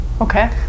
Okay